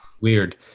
Weird